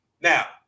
Now